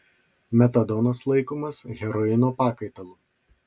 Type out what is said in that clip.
metadonas laikomas heroino pakaitalu